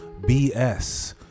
BS